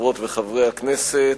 חברות וחברי הכנסת,